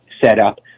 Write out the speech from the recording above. setup